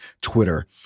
Twitter